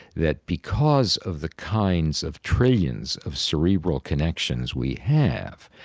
that because of the kinds of trillions of cerebral connections we have,